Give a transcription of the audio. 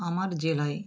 আমার জেলায়